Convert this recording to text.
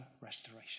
restoration